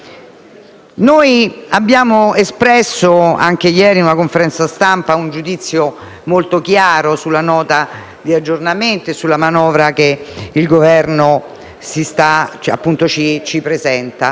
abbiamo espresso anche ieri in conferenza stampa un giudizio molto chiaro sulla Nota di aggiornamento e sulla manovra che il Governo ci presenta.